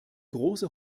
große